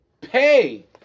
pay